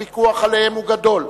הוויכוח עליהם הוא גדול.